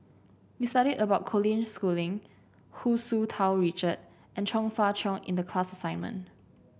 we studied about Colin Schooling Hu Tsu Tau Richard and Chong Fah Cheong in the class assignment